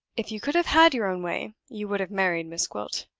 if you could have had your own way, you would have married miss gwilt.